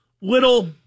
little